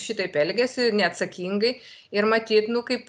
šitaip elgiasi neatsakingai ir matyt nu kaip